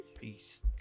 peace